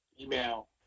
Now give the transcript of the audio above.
email